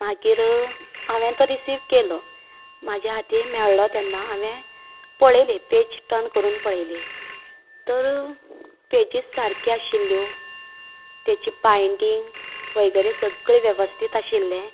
मागीर हांवेंन तो रिसीव्ह केलो म्हाज्या हातीन मेळ्ळो तेन्ना हांवें पळयलीं पेज टर्न करून पळयलीं तर पेजीस सारक्यो आशिल्ल्यो तेची पायटी वगैरे सगळे वेवस्थित आशिल्ले